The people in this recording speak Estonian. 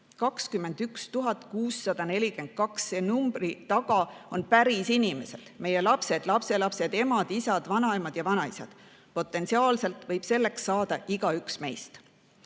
21 642. Selle numbri taga on päris inimesed, meie lapsed, lapselapsed, emad, isad, vanaemad ja vanaisad. Potentsiaalselt võib selleks saada igaüks meist.